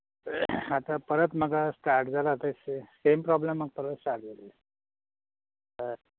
आतां परत म्हाका स्टार्ट जाला तें सेम प्रोब्लम म्हाका परत स्टार्ट जालो हय